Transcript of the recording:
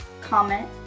comment